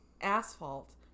asphalt